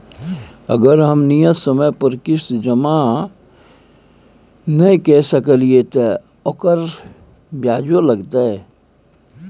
अगर हम नियत समय पर किस्त जमा नय के सकलिए त ओकर ब्याजो लगतै?